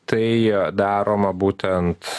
tai daroma būtent